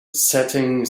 setting